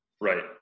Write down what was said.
Right